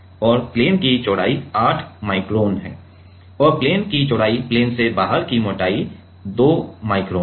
और प्लेन की चौड़ाई 8 माइक्रोन है और प्लेन की चौड़ाई प्लेन से बाहर की मोटाई 2 माइक्रोन है